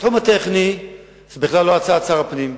בתחום הטכני זה בכלל לא הצעת שר הפנים.